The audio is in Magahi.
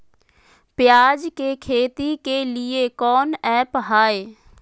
प्याज के खेती के लिए कौन ऐप हाय?